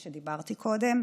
כמו שדיברתי קודם.